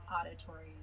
auditory